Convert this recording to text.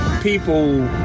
people